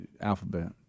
alphabet